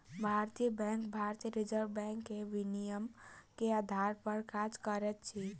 भारतीय बैंक भारतीय reserve bank के विनियमन के आधार पर काज करैत अछि